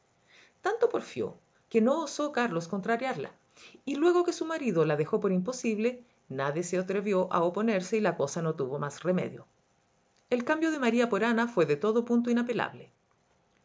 tanto porfió que no osó carlos contrariarla y luego que su marido la dejó por imposibje nadie se atrevió a oponerse y la cosa no tuvo remedio el cambio de maría por ana fué de todo punto inapelable